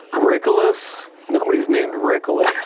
rickolas nobody's named rickolas.